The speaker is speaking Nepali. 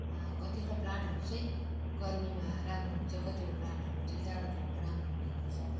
कतिवटा प्लान्टहरू चाहिँ गर्मीमा राम्रो हुन्छ कतिवटा प्लान्टहरू चाहिँ जाडो ठाउँमा राम्रो हुने गर्छ